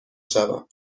شوم